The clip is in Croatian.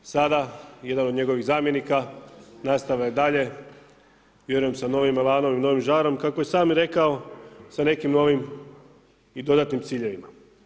Sada jedan od njegovih zamjenika nastavlja i dalje, vjerujem da novim elanom i novim žarom kako je i sam rekao sa nekim novim i dodatnim ciljevima.